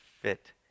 fit